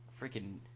freaking